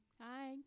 Hi